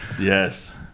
Yes